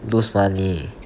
lose money